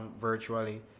virtually